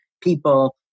people